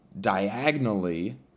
diagonally